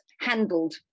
handled